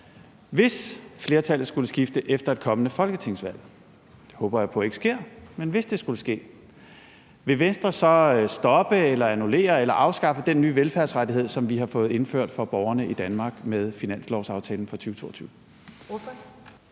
hvis det skulle ske – vil Venstre så stoppe eller annullere eller afskaffe den nye velfærdsrettighed, som vi har fået indført for borgerne i Danmark med finanslovsaftalen for 2022?